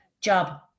job